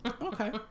Okay